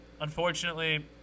unfortunately